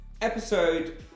episode